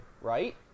right